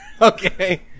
Okay